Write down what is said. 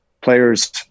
players